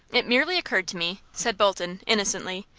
it merely occurred to me, said bolton, innocently.